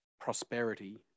prosperity